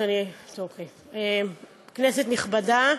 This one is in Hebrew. כנסת נכבדה,